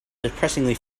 depressingly